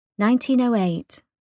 1908